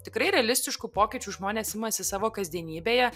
tikrai realistiškų pokyčių žmonės imasi savo kasdienybėje